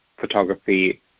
photography